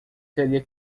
teria